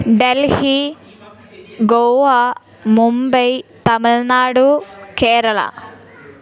Delhi Goa Mumbai Tamil Nadu Kerala